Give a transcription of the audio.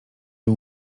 był